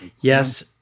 yes—